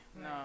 no